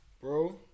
bro